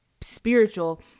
spiritual